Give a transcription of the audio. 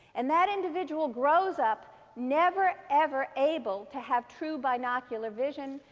and that individual grows up never ever able to have true binocular vision,